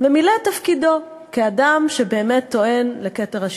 והוא מילא את תפקידו כאדם שבאמת טוען לכתר השלטון.